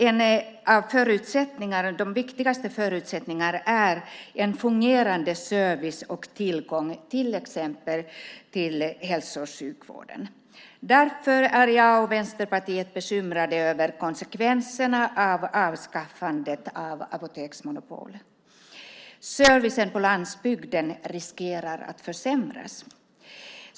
En av de viktigaste förutsättningarna är en fungerande service och tillgång till exempel till hälso och sjukvård. Därför är jag och Vänsterpartiet bekymrade över konsekvenserna av avskaffandet av apoteksmonopolet. Servicen på landsbygden riskerar att försämras.